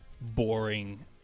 boring